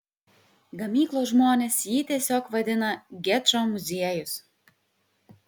gamyklos žmonės jį tiesiog vadina gečo muziejus